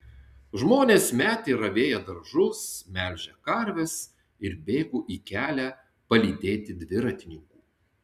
žmonės metė ravėję daržus melžę karves ir bėgo į kelią palydėti dviratininkų